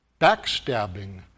backstabbing